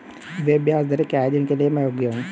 वे ब्याज दरें क्या हैं जिनके लिए मैं योग्य हूँ?